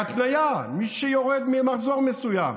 בהתניה, מי שיורד ממחזור מסוים,